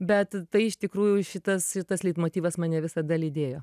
bet tai iš tikrųjų šitas šitas leitmotyvas mane visada lydėjo